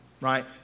right